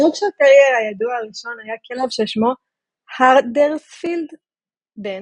היורקשייר טרייר הידוע הראשון היה כלב ששמו האדרספילד בן,